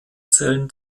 zellen